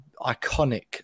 iconic